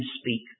speak